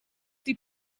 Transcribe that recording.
die